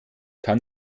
kann